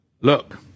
Look